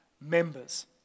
members